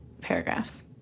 Paragraphs